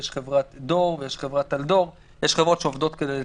יש את חברת דור ויש את חברת טלדור ויש חברות שעובדות כדי לתקן.